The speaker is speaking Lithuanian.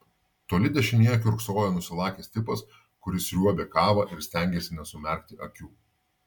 toli dešinėje kiurksojo nusilakęs tipas kuris sriuobė kavą ir stengėsi nesumerkti akių